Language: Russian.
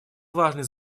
важной